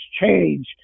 change